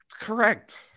Correct